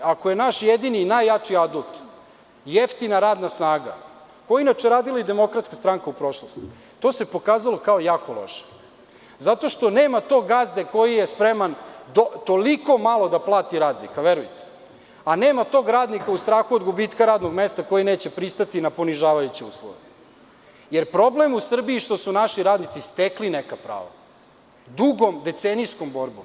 Ako je naš jedini i najjači adut jeftina radna snaga, to je inače radila i DS u prošlosti, to se pokazalo kao jako loše, zato što nema tog gazde koji je spreman toliko malo da plati radnika, verujte, a nema tog radnika u strahu od gubitka radnog mesta koji neće pristati na ponižavajuće uslove, jer je problem u Srbiji što su naši radnici stekli neka prava dugo, decenijskom borbom.